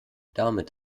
damit